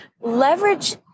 Leverage